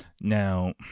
Now